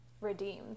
redeemed